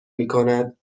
میکند